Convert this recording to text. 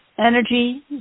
Energy